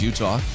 Utah